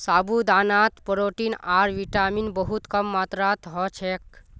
साबूदानात प्रोटीन आर विटामिन बहुत कम मात्रात ह छेक